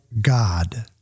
God